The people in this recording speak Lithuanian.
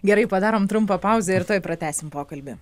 gerai padarom trumpą pauzę ir tuoj pratęsim pokalbį